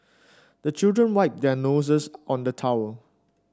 the children wipe their noses on the towel